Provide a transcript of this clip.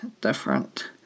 different